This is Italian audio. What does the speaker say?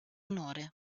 onore